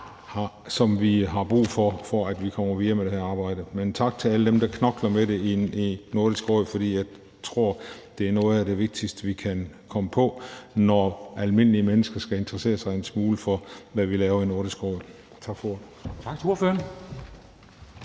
har vi har brug for for at komme videre med det her arbejde. Men tak til alle dem, der knokler med det i Nordisk Råd, for jeg tror, at det er noget af det vigtigste, vi kan komme på, når almindelige mennesker skal interessere sig en smule for, hvad vi laver i Nordisk Råd. Tak for ordet. Kl.